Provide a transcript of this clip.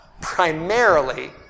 primarily